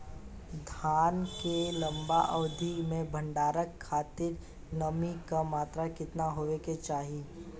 धान के लंबा अवधि क भंडारण खातिर नमी क मात्रा केतना होके के चाही?